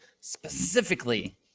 specifically